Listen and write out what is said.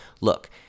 look